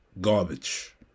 Garbage